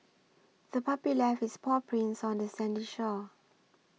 the puppy left its paw prints on the sandy shore